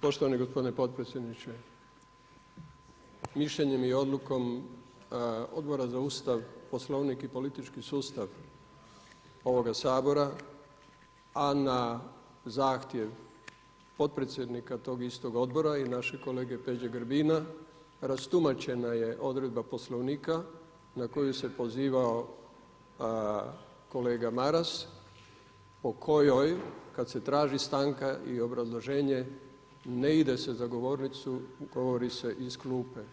Poštovani gospodine potpredsjedniče, mišljenjem i odlukom Odbora za Ustav, Poslovnik i politički sustav ovoga Sabora a na zahtjev potpredsjednika toga istog odbora i našeg kolege Peđe Grbina rastumačena je odredba Poslovnika na koju se pozivao kolega Maras o kojoj kada se traži stanka i obrazloženje, ne ide se za govornicu, govori se iz klupe.